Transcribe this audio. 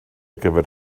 gyfer